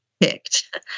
Picked